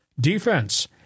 Defense